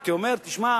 הייתי אומר: תשמע,